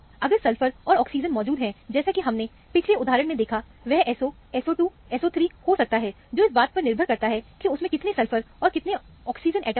अगर सल्फर और ऑक्सीजन मौजूद हैं जैसे कि हमने पिछले उदाहरण मैं देखा वह SO SO2 या SO3 हो सकता है जो इस बात पर निर्भर करता है कि उसमें कितने सल्फर और कितने ऑक्सीजन एटम है